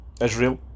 Israel